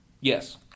Yes